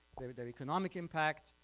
their economic impact,